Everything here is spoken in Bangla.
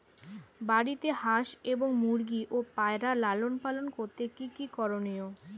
বাড়িতে হাঁস এবং মুরগি ও পায়রা লালন পালন করতে কী কী করণীয়?